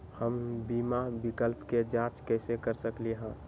हम बीमा विकल्प के जाँच कैसे कर सकली ह?